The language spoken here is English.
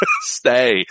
Stay